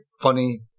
funny